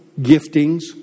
giftings